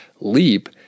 Leap